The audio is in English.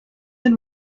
and